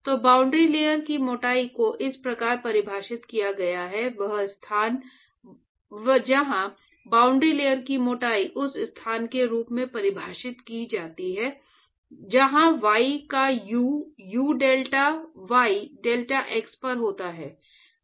तो boundary layer की मोटाई को इस प्रकार परिभाषित किया गया है वह स्थान जहां बाउंड्री लेयर की मोटाई उस स्थान के रूप में परिभाषित की जाती है जहां y का u u delta y delta x पर होता है